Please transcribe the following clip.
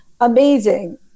amazing